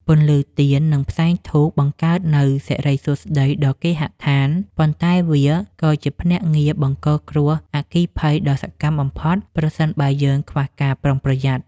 ពន្លឺទៀន និងផ្សែងធូបបង្កើននូវសិរីសួស្តីដល់គេហដ្ឋាន ប៉ុន្តែវាក៏ជាភ្នាក់ងារបង្កគ្រោះអគ្គិភ័យដ៏សកម្មបំផុតប្រសិនបើយើងខ្វះការប្រុងប្រយ័ត្ន។